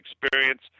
experience